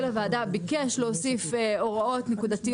להדפיס עולה כסף.